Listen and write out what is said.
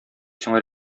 сиңа